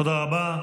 תודה רבה.